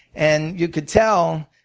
and you could tell